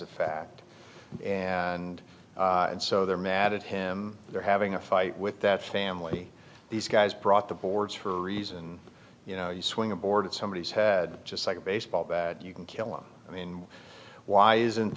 fact and so they're mad at him they're having a fight with that family these guys brought the boards for a reason you know you swing a board at somebody who's had just like a baseball bat you can kill them i mean why isn't